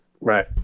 Right